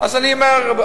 אני אומר,